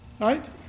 Right